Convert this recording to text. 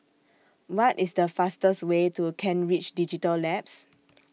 What IS The fastest Way to Kent Ridge Digital Labs